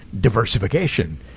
diversification